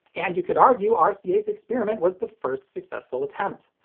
and you could argue argue rca's experiment was the first successful attempt.